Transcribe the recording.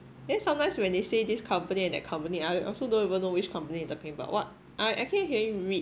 then sometimes when they say this company and that company I also don't even know which company they talking about what I actually rarely read